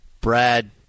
Brad